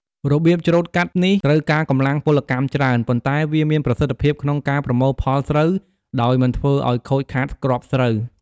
របៀបច្រូតកាត់នេះត្រូវការកម្លាំងពលកម្មច្រើន ប៉ុន្តែវាមានប្រសិទ្ធភាពក្នុងការប្រមូលផលស្រូវដោយមិនធ្វើឱ្យខូចខាតគ្រាប់ស្រូវ។